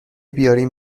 بیارین